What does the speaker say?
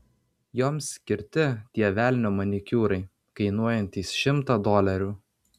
joms skirti tie velnio manikiūrai kainuojantys šimtą dolerių